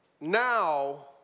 now